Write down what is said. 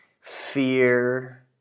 fear